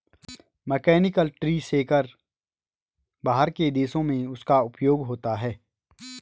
mechanical tree shaker बाहर के देशों में उसका उपयोग होता है